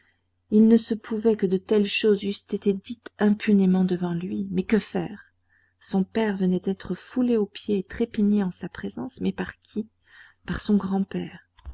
il ne se pouvait que de telles choses eussent été dites impunément devant lui mais que faire son père venait d'être foulé aux pieds et trépigné en sa présence mais par qui par son grand-père